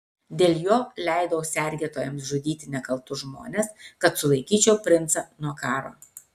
dėl jo leidau sergėtojams žudyti nekaltus žmones kad sulaikyčiau princą nuo karo